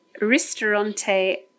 Ristorante